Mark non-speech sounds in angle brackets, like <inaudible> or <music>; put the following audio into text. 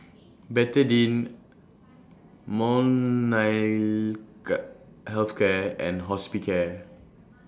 <noise> Betadine <unintelligible> Health Care and Hospicare